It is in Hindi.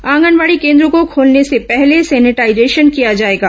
आंगनबाड़ी केन्द्रों को खोलने से पहले सैनिटाईजेशन किया जाएगा